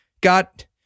got